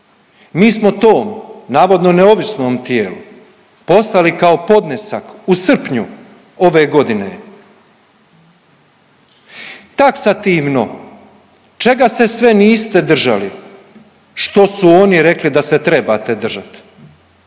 mi smo to navodno neovisnom tijelu poslali kao podnesak u srpnju ove godine. Taksativno čega se sve niste držali, što su oni rekli da se trebate držat,